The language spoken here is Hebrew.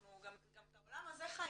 אנחנו גם את העולם הזה חיים.